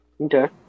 Okay